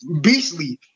beastly